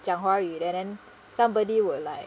讲华语 then then somebody would like